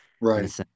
Right